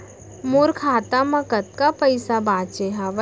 मोर खाता मा कतका पइसा बांचे हवय?